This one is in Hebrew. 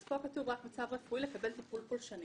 כאן כתוב רק מצב רפואי, לקבל טיפול פולשני.